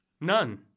None